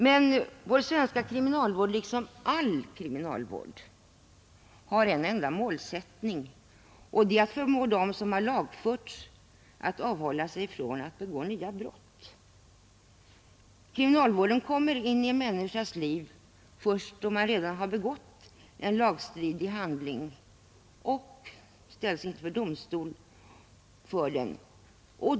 Men vår svenska kriminalvård, liksom all kriminalvård, har en enda målsättning, och det är att förmå dem som har lagförts att avhålla sig från att begå nya brott. Kriminalvården kommer in i en människas liv först då hon redan begått en lagstridig handling och ställs inför domstol för den.